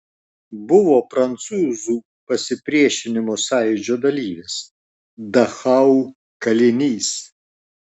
buvo prancūzų pasipriešinimo sąjūdžio dalyvis dachau kalinys